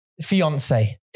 Fiance